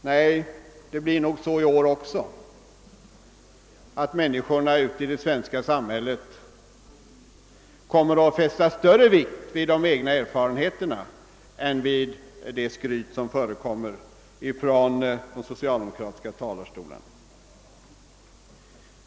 — Nej, det blir nog så i år också att människorna i det svenska samhället kommer att fästa större vikt vid de egna erfarenheterna än vid skryt som framförs av socialdemokraterna från talarstolarna.